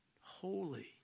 holy